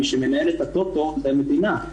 מי שמנהל את הטוטו זו המדינה,